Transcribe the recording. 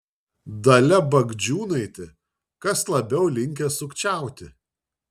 dalia bagdžiūnaitė kas labiau linkęs sukčiauti